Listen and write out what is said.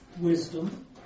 wisdom